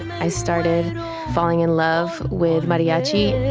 i started falling in love with mariachi